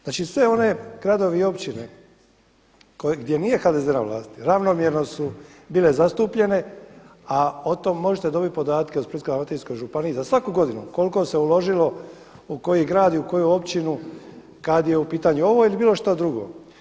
Znači, svi oni gradovi i općine gdje nije HDZ-e na vlasti ravnomjerno su bile zastupljene, a o tome možete dobiti podatke u Splitsko-dalmatinskoj županiji za svaku godinu koliko se uložilo u koji grad, i u koju općinu kada je u pitanju ovo ili bilo što drugo.